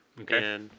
Okay